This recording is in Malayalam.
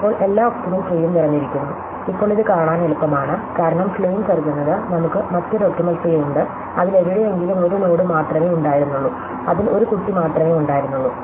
ഇപ്പോൾ എല്ലാ ഒപ്റ്റിമൽ ട്രീയും നിറഞ്ഞിരിക്കുന്നു ഇപ്പോൾ ഇത് കാണാൻ എളുപ്പമാണ് കാരണം ക്ലെയിം കരുതുന്നത് നമ്മുക്ക് മറ്റൊരു ഒപ്റ്റിമൽ ട്രീ ഉണ്ട് അതിൽ എവിടെയെങ്കിലുംഒരു നോഡ് മാത്രമേ ഉണ്ടായിരുന്നുള്ളൂ അതിൽ ഒരു കുട്ടി മാത്രമേ ഉണ്ടായിരുന്നുള്ളൂ